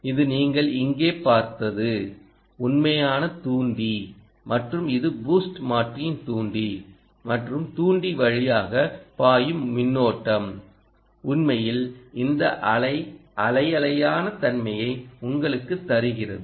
இது நீங்கள் இங்கே பார்த்தது உண்மையான தூண்டி மற்றும் இது பூஸ்ட் மாற்றியின் தூண்டி மற்றும் தூண்டி வழியாக பாயும் மின்னோட்டம் உண்மையில் இந்த அலை அலை அலையான தன்மையை உங்களுக்குத் தருகிறது